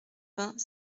vingt